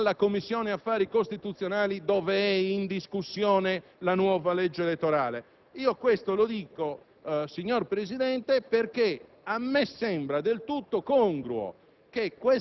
In terzo luogo, la questione che va sottolineata è molto semplice. Signor Presidente, noi siamo nel Senato della Repubblica. Si dà il caso